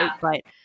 right